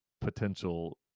potential